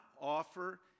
offer